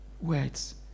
words